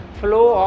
flow